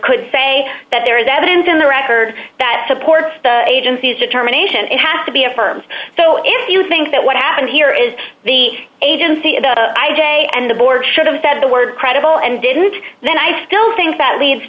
could say that there is evidence in the record that supports the agency's determination it has to be a firm so if you think that what happened here is the agency of the i j and the board should have said the word credible and didn't then i still think that leads